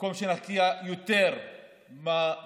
במקום שנשקיע יותר במו"פ